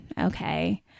Okay